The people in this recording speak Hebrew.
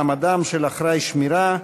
מעמדם של אחראי שמירה),